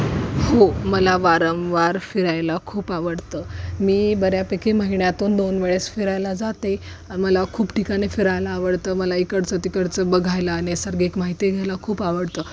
हो मला वारंवार फिरायला खूप आवडतं मी बऱ्यापैकी महिन्यातून दोन वेळेस फिरायला जाते मला खूप ठिकाणी फिरायला आवडतं मला इकडचं तिकडचं बघायला नैसर्गिक माहिती घ्यायला खूप आवडतं